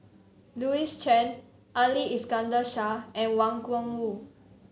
Louis Chen Ali Iskandar Shah and Wang Gungwu